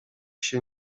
się